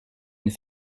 nous